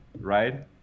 right